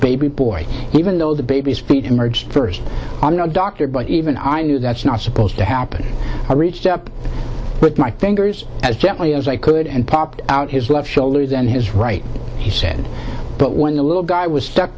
baby boy even though the baby speed emerged first i'm no doctor but even i knew that's not supposed to happen i reached up put my fingers as gently as i could and popped out his left shoulder then his right he said but when the little guy was stuck